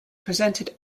presented